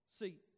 See